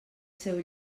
seu